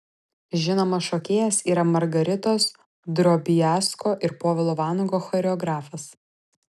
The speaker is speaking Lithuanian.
žinomas šokėjas yra margaritos drobiazko ir povilo vanago choreografas